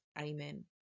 amen